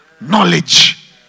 knowledge